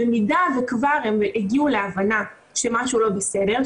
במידה וכבר הם הגיעו להבנה שמשהו לא בסדר,